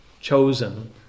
chosen